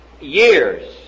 years